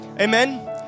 Amen